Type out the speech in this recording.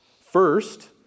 First